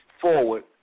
forward